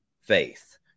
faith